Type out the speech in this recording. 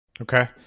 okay